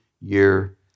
year